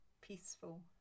peaceful